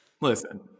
Listen